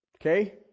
Okay